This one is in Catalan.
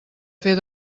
fer